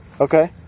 Okay